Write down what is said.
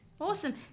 awesome